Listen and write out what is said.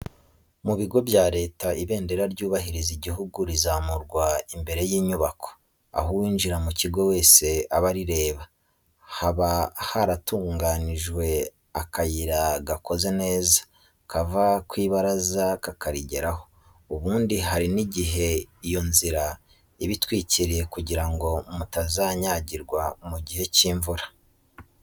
Mu bigo bya Leta, ibendera ryubahiriza ighugu rizamurwa imbere y'inyubako, aho uwinjiye mu kigo wese aba arireba, haba haratunganijwe akayira gakoze neza, kava ku ibaraza kakarigeraho; ubundi hari n'igihe iyo nzira iba itwikiriye kugira ngo mutazanyagirwa mu gihe cy'imvura.